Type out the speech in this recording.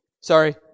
sorry